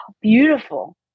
beautiful